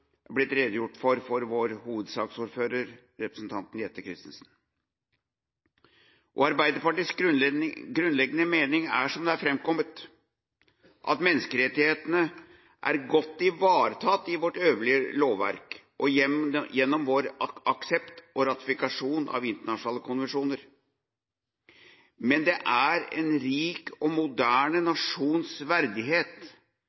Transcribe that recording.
blitt redegjort for av vår hovedsaksordfører, representanten Jette Christensen. Arbeiderpartiets grunnleggende mening er, som det har framkommet, at menneskerettighetene er godt ivaretatt i vårt øvrige lovverk og gjennom vår aksept og ratifikasjon av internasjonale konvensjoner. Men det er en rik og moderne